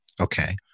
Okay